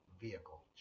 vehicle